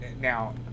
now